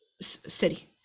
city